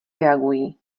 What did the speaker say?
reagují